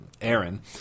Aaron